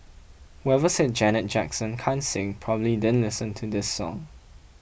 whoever said Janet Jackson can't sing probably didn't listen to this song